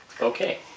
Okay